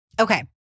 Okay